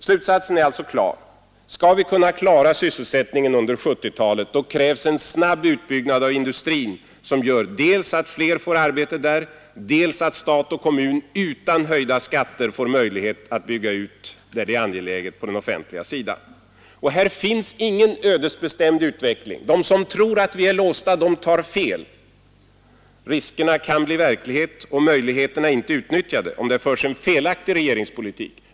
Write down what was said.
Slutsatsen är klar: Skall vi utan skattehöjningar kunna klara sysselsättningen under 1970-talet krävs en snabb utbyggnad av industrin, som gör dels att fler får arbete där, dels att stat och kommun utan höjda skatter får möjlighet att på den offentliga sidan bygga ut där det är angeläget. Här finns ingen ödesbestämd utveckling. De som tror att vi är låsta har fel. Riskerna kan bli verklighet och möjligheterna inte utnyttjade — om det förs en felaktig regeringspolitik.